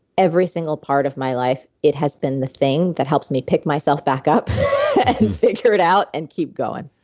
every single part of my life, it has been the thing that helps me pick myself back up and figure it out and keep going.